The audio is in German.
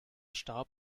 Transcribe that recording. starb